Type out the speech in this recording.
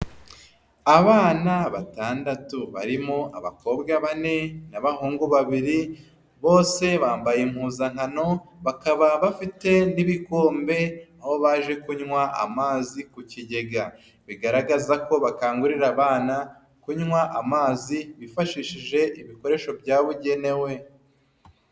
Abana batandatu barimo abakobwa bane n'abahungu babiri bose bambaye impuzankano bakaba bafite n'ibikombe aho baje kunywa amazi ku kigega, bigaragaza ko bakangurira abana kunywa amazi bifashishije ibikoresho byabugenewe.